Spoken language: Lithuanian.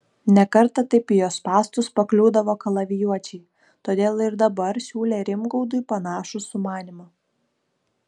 ne kartą taip į jo spąstus pakliūdavo kalavijuočiai todėl ir dabar siūlė rimgaudui panašų sumanymą